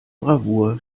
bravour